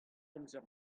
amzer